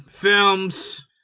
films